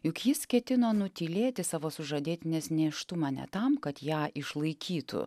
juk jis ketino nutylėti savo sužadėtinės nėštumą ne tam kad ją išlaikytų